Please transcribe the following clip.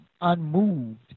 unmoved